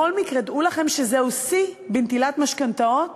בכל מקרה, דעו לכם שזהו שיא בנטילת משכנתאות